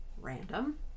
Random